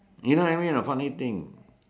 you know what I mean or not funny thing